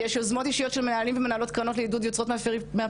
יש יוזמות אישיות של מנהלים ומנהלות קרנות לעידוד יוצרות מהפריפריה.